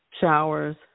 Showers